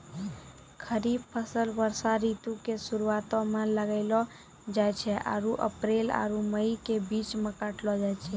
खरीफ फसल वर्षा ऋतु के शुरुआते मे लगैलो जाय छै आरु अप्रैल आरु मई के बीच मे काटलो जाय छै